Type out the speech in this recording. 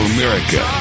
America